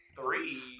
Three